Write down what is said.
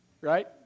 Right